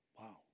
Wow